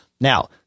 Now